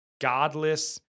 godless